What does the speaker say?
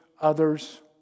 others